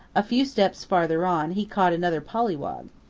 a few steps farther on he caught another pollywog.